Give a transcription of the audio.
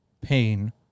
pain